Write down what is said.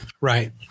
Right